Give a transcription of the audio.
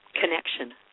connection